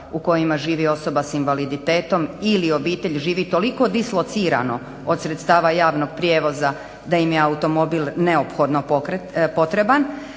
u kojima živi osoba sa invaliditetom ili obitelj živi toliko dislocirano od sredstava javnog prijevoza da im je automobil neophodno potreban.